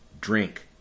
drink